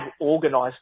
organised